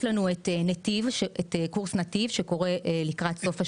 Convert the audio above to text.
לנו את קורס נתיב שקורה לקראת סוף השירות.